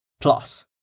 Plus